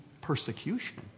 persecution